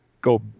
go